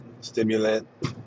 stimulant